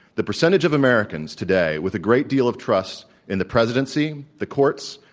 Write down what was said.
the percentage of americans today with a great deal of trust in the presidency, the courts,